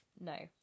No